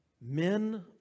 men